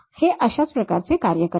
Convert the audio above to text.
हे अशाच प्रकारे कार्य करते